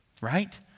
right